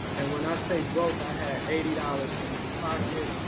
and when i say broke, i had eighty dollars in my pocket.